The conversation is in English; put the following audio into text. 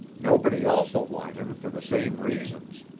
nobody else'll want him for the same reasons.